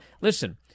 Listen